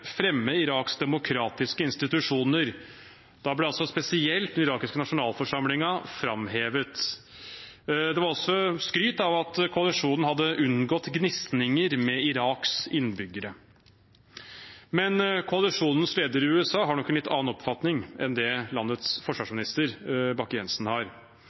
fremme Iraks demokratiske institusjoner, og da ble spesielt den irakiske nasjonalforsamlingen framhevet. Det var også skryt av at koalisjonen hadde unngått gnisninger med Iraks innbyggere. Men koalisjonens leder i USA har nok en litt annen oppfatning enn det vårt lands forsvarsminister, Frank Bakke-Jensen, har.